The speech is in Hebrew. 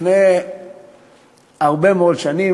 לפני הרבה מאוד שנים.